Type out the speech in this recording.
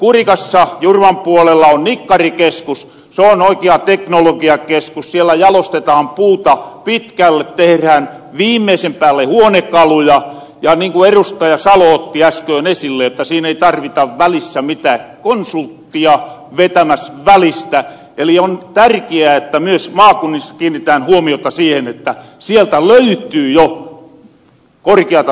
kurikassa yläpuolella nikkarikeskus leena ja teknologiakeskus jolla järjestetään viikkoa pitkälle perheen viimeisen päälle huonekaluja lännen kuilusta ja sählyä ja yleisille tosin ei tarvita välissä mitään konsulttia vetämäs välistä eli on kai jää myös maanisesti mitään huomiota siihen että sieltä lemmittyillä korjata